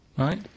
Right